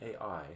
AI